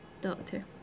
Doctor